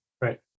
Right